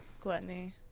gluttony